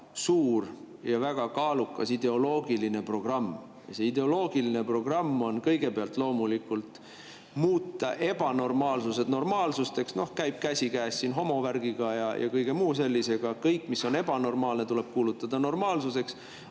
suur ja väga kaalukas ideoloogiline programm. Selle ideoloogilise programmi [eesmärk] on kõigepealt loomulikult muuta ebanormaalsus normaalsuseks. See käib käsikäes homovärgiga ja kõige muu sellisega. Kõik, mis on ebanormaalne, tuleb kuulutada normaalsuseks.